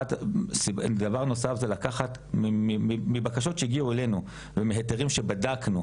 דבר נוסף זה לקחת מבקשות שהגיעו אלינו ומהיתרים שבדקנו,